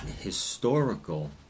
historical